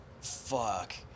Fuck